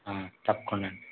తప్పకుండా అండి